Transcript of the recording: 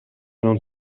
non